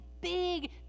big